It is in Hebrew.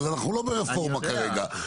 אבל אנחנו לא ברפורמה כרגע.